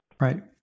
Right